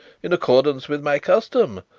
in accordance with my custom.